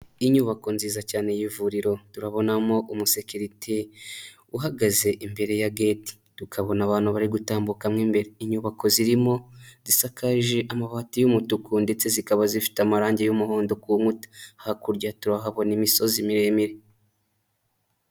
Inyubako nziza cyane y'ivuriro, turabonamo umu sekerite uhagaze imbere ya gate, tukabona abantu bari gutambuka mu imbere, inyubako zirimo zisakaje amabati y'umutuku ndetse zikaba zifite amarangi y'umuhondo ku nkuta, hakurya turahabona imisozi miremire.